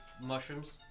mushrooms